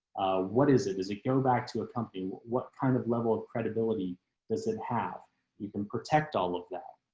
what is it as a go back to a company. what kind of level of credibility does it have you can protect all of that.